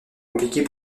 compliquée